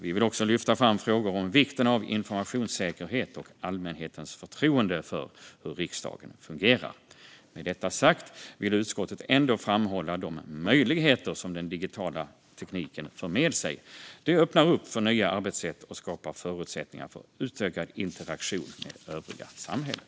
Vi vill också lyfta fram vikten av informationssäkerhet och allmänhetens förtroende för hur riksdagen fungerar. Med detta sagt vill utskottet ändå framhålla de möjligheter som den digitala tekniken för med sig. De öppnar upp för nya arbetssätt och skapar förutsättningar för utökad interaktion med övriga samhället.